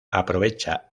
aprovecha